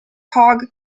hog